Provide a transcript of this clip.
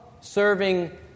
serving